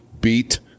beat